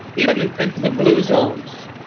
even in the blue zones,